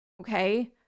Okay